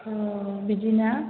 औ बिदिना